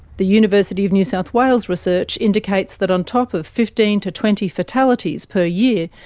the university of new south wales research indicates that on top of fifteen to twenty fatalities per year,